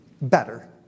better